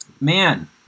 Man